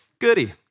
goody